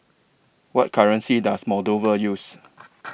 What currency Does Moldova use